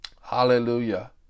Hallelujah